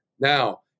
Now